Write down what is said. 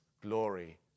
glory